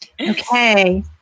Okay